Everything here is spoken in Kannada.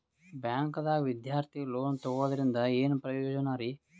ಬ್ಯಾಂಕ್ದಾಗ ವಿದ್ಯಾರ್ಥಿ ಲೋನ್ ತೊಗೊಳದ್ರಿಂದ ಏನ್ ಪ್ರಯೋಜನ ರಿ?